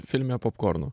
filme popkornų